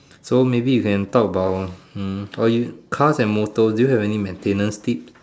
so maybe you can talk about hmm or you cars and motors do you have any maintenance tips